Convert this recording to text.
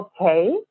okay